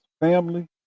family